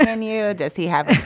and and q does he have